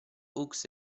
hughes